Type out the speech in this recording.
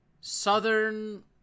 southern